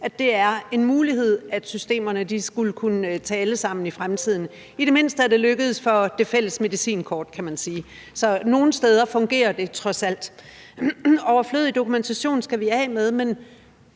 at det er en mulighed, at systemerne skulle kunne tale sammen i fremtiden. I det mindste er det lykkedes i forhold til det fælles medicinkort, kan man sige. Så nogle steder fungerer det trods alt. Overflødig dokumentation skal vi af med, men